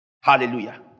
Hallelujah